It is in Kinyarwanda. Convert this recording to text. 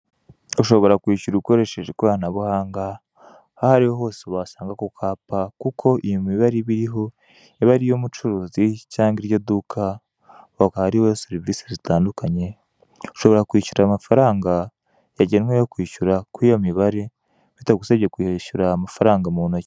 Ushobora kwishyura ukoresheje ikoranabuhanga ahariho hose wasanga ako kapa kuko iyo mibare iriho iba ari iy'uwo mucuruzi cyangwa iryo duka, aho hakaba hariho serivise zitandukanye ushobora kwishyura ayo mafaranga yagenwe yo kwishyura kuri iyo mibare bitagusabye kwishyura amafaranga mu ntoki.